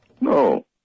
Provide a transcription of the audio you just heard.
No